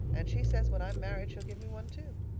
and she says when i am married she'll give me one, too.